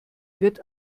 wird